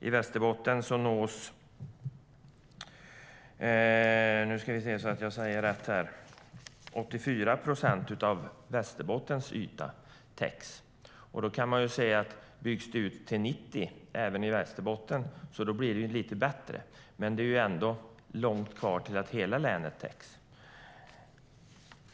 I Västerbotten täcks 84 procent av ytan. Om det byggs ut till 90 procent även i Västerbotten blir det lite bättre, men det är ändå långt kvar till att hela länet täcks.